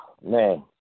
man